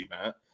event